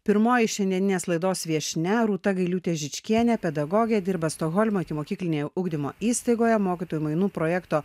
pirmoji šiandieninės laidos viešnia rūta gailiūtė žičkienė pedagogė dirba stokholmo ikimokyklinėje ugdymo įstaigoje mokytojų mainų projekto